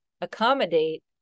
accommodate